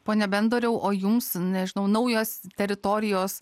pone bendoriau o jums nežinau naujos teritorijos